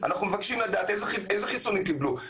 אנחנו מבקשים לדעת איזה חיסון הם קיבלו,